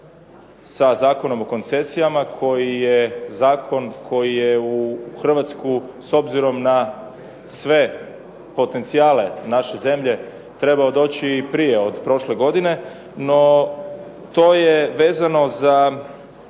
sa Zakonom o koncesijama koji je Zakon koji je u Hrvatsku s obzirom na sve potencijale naše zemlje trebao doći i prije od prošle godine, no to je vezano za